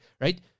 right